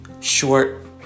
short